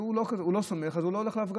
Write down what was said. הוא לא סומך, אז הוא לא הולך להפגנה.